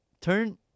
turn